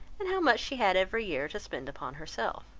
and how much she had every year to spend upon herself.